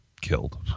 killed